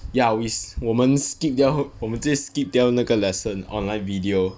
ya we 我们 skip 掉后我们直接 skip 掉那个 lesson online video